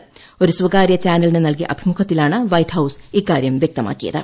നൽകിയ ഒരു സ്വകാര്യ ചാനലിന് അഭിമുഖത്തിലാണ് വൈറ്റ് ഹൌസ് ഇക്കാര്യം വ്യക്തമാക്കിയത്